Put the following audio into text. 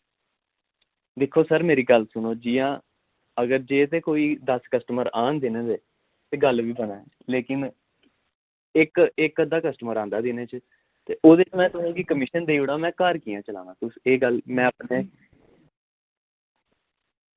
दिक्खो सर मेरी गल्ल सुनो जि'यां अगर जे ते कोई दस कस्टमर आन दिने दे ते गल्ल वि बनै लेकिन इक इक अद्दा कस्टमर आंदा दिने च ते ओह्दे च में तुसें गी कमीशन देई ओड़ां में घर कि'यां चलाना तुस एह् गल्ल में अपने